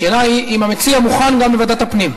השאלה היא אם המציע מוכן גם לוועדת הפנים.